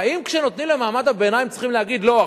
האם כשנותנים למעמד הביניים צריך להגיד: לא,